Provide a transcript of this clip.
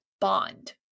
bond